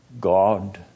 God